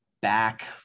back